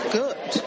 good